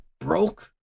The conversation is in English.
broke